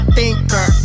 thinker